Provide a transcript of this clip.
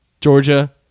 Georgia